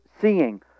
seeing